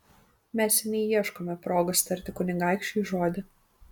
mes seniai ieškome progos tarti kunigaikščiui žodį